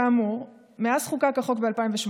כאמור, מאז חוקק החוק ב-2018,